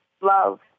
love